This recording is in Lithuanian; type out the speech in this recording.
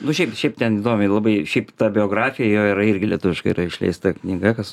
nu šiaip šiaip ten įdomiai labai šiaip ta biografija jo yra irgi lietuviškai išleista knyga kas